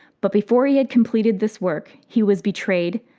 but before he had completed this work, he was betrayed,